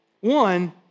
One